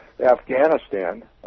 Afghanistan